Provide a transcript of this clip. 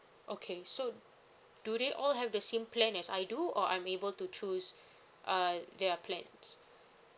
okay so do they all have the same plans as I do or I'm able to choose uh their plans